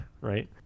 right